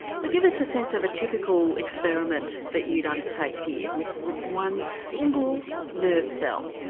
so give us a sense of a typical experiment that you'd undertake here with with one single nerve cell.